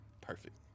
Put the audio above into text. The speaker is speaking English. Perfect